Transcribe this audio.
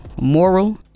moral